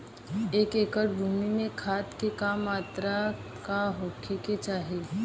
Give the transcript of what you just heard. एक एकड़ भूमि में खाद के का मात्रा का होखे के चाही?